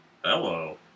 Hello